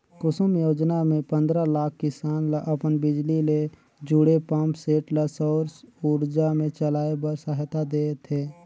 कुसुम योजना मे पंदरा लाख किसान ल अपन बिजली ले जुड़े पंप सेट ल सउर उरजा मे चलाए बर सहायता देह थे